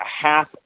half